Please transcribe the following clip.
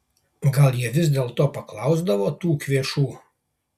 gal jie vis dėlto paklausdavo tų kvėšų